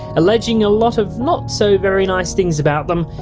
alleging a lot of not so very nice things about them.